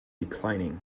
declining